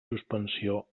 suspensió